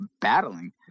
battling